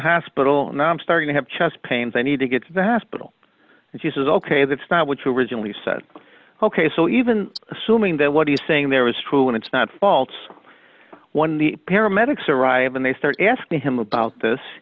hospital now i'm starting to have chest pains i need to get to the hospital and she says ok that's not what you originally said ok so even assuming that what he's saying there was true and it's not faults one of the paramedics arrive and they start asking him about this